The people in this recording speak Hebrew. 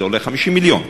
זה עולה 50 מיליון,